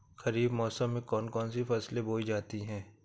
खरीफ मौसम में कौन कौन सी फसलें बोई जाती हैं?